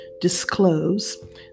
disclose